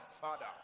Father